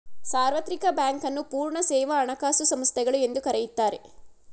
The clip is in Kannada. ಸಾರ್ವತ್ರಿಕ ಬ್ಯಾಂಕ್ ನ್ನು ಪೂರ್ಣ ಸೇವಾ ಹಣಕಾಸು ಸಂಸ್ಥೆಗಳು ಎಂದು ಕರೆಯುತ್ತಾರೆ